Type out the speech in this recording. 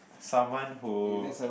someone who